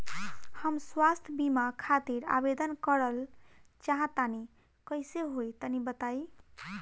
हम स्वास्थ बीमा खातिर आवेदन करल चाह तानि कइसे होई तनि बताईं?